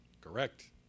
Correct